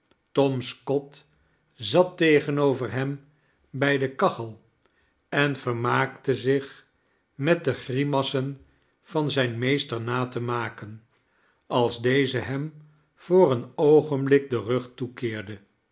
tom scott zat tegenover hem bij de kachel en vermaakte zich met de grimassen van zijn meester na te maken als deze hem voor een oogenblik den rug toekeerde